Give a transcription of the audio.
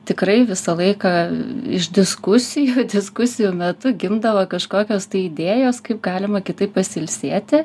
tikrai visą laiką iš diskusijų diskusijų metu gimdavo kažkokios tai idėjos kaip galima kitaip pasiilsėti